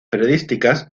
periodísticas